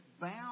bound